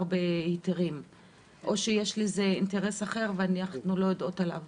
בהיתרים או שיש לזה אינטרס אחר ואנחנו לא יודעות עליו?